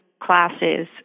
classes